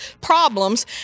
problems